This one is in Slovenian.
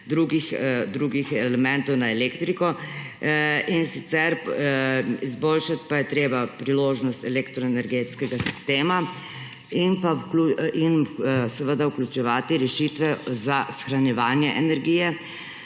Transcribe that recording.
drugih elementov na elektriko, izboljšati pa je treba priložnost elektroenergetskega sistema in seveda vključevati rešitve za shranjevanje energije,